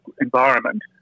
environment